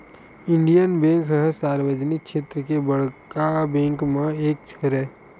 Indian Bank ह सार्वजनिक छेत्र के बड़का बेंक मन म एक हरय